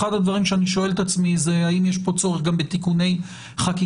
אחד הדברים שאני שואל את עצמי זה האם יש פה צורך גם בתיקוני חקיקה.